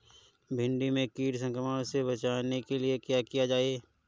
भिंडी में कीट संक्रमण से बचाने के लिए क्या किया जाए?